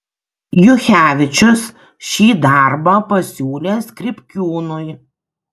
juchevičius šį darbą pasiūlė skripkiūnui